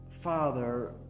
father